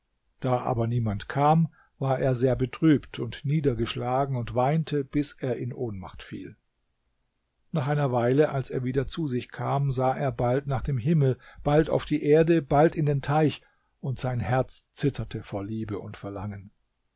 da aber niemand kam war er sehr betrübt und niedergeschlagen und weinte bis er in ohnmacht fiel nach einer weile als er wieder zu sich kam sah er bald nach dem himmel bald auf die erde bald in den teich und sein herz zitterte vor liebe und verlangen